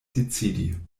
decidi